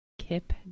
Kip